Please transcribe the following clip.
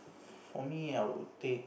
for me I would take